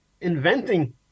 inventing